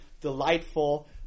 delightful